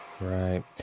Right